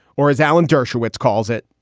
or as alan dershowitz calls it,